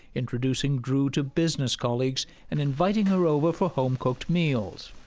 introducing drew to business colleagues and inviting her over for home-cooked meals.